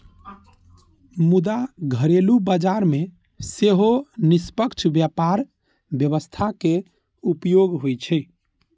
मुदा घरेलू बाजार मे सेहो निष्पक्ष व्यापार व्यवस्था के उपयोग होइ छै